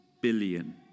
billion